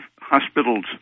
hospitals